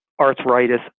arthritis